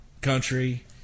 country